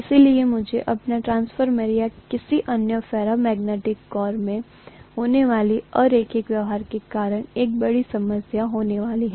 इसलिए मुझे अपने ट्रांसफार्मर या किसी अन्य फेरोमैग्नेटिक कोर में होने वाले अरैखिक व्यवहार के कारण एक बड़ी समस्या होने वाली है